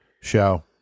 show